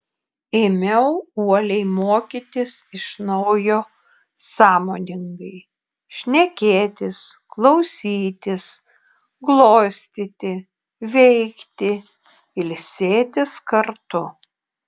ėmiau uoliai mokytis iš naujo sąmoningai šnekėtis klausytis glostyti veikti ilsėtis kartu